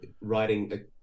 writing